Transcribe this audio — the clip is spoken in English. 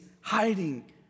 hiding